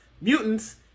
mutants